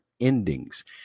endings